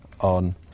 On